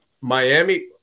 Miami